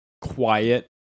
quiet